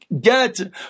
get